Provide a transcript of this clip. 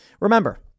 Remember